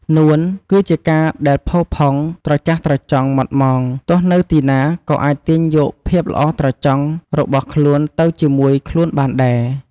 នួន គឺជាការដែលផូរផង់ ត្រចះត្រចង់ ហ្មត់ហ្មង។ ទោះនៅទីណាក៏អាចទាញយកភាពល្អត្រចង់របស់ខ្លួនទៅជាមួយខ្លួនបានដែរ។